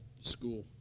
school